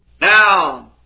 Now